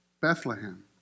Bethlehem